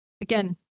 again